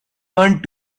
turned